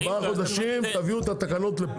תביאו לפה את התקנות.